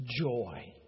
joy